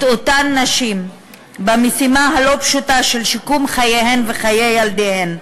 אותן נשים במשימה הלא-פשוטה של שיקום חייהן וחיי ילדיהן.